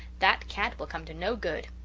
that cat will come to no good.